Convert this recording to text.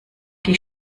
die